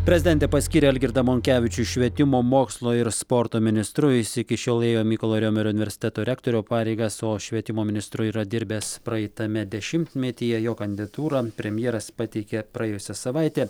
prezidentė paskyrė algirdą monkevičių švietimo mokslo ir sporto ministru jis iki šiol ėjo mykolo riomerio universiteto rektoriau pareigas o švietimo ministru yra dirbęs praeitame dešimtmetyje jo kandidatūrą premjeras pateikė praėjusią savaitę